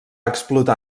explotar